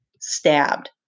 stabbed